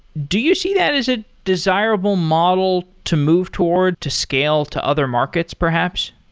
do you see that as a desirable model to move toward to scale to other markets perhaps?